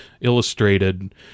illustrated